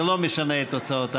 זה לא משנה את תוצאות ההצבעה,